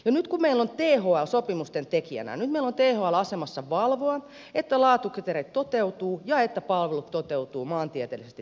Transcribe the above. nyt kun meillä on thl sopimusten tekijänä nyt meillä on thl asemassa valvoa että laatukriteerit toteutuvat ja että palvelut toteutuvat maantieteellisesti tasaisemmin